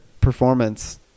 performance